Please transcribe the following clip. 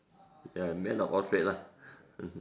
ya man of all trade lah mmhmm